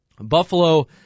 Buffalo